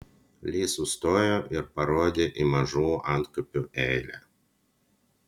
li sustojo ir parodė į mažų antkapių eilę